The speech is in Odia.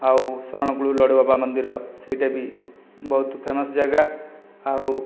ଆଉ ସରଣକୂଳ ଲଡ଼ୁବାବା ମନ୍ଦିର ସେଇଟା ବି ବହୁତ ଫେମସ ଜାଗା ଆଉ